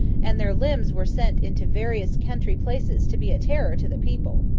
and their limbs were sent into various country places to be a terror to the people.